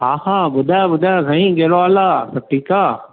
हा हा ॿुधायो ॿुधायो साईं कहिड़ो हाल आहे सभु ठीक आहे